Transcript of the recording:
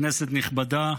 כנסת נכבדה,